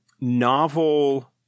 novel